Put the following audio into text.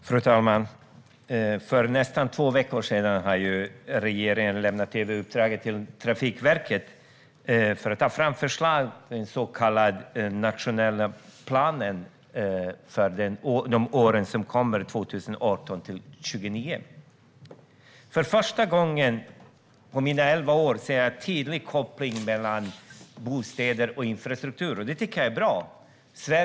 Fru talman! För nästan två veckor sedan gav regeringen Trafikverket i uppdrag att ta fram förslag till den så kallade nationella planen för åren 2018-2029. För första gången på elva år ser jag en tydlig koppling mellan bostäder och infrastruktur, och det tycker jag är bra.